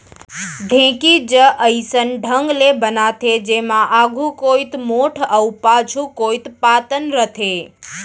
ढेंकी ज अइसन ढंग ले बनाथे जेमा आघू कोइत मोठ अउ पाछू कोइत पातन रथे